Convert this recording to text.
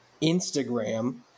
instagram